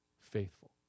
faithful